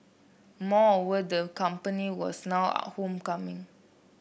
moreover the company was now are home coming